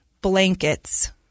Blankets